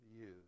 use